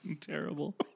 Terrible